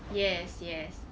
yes yes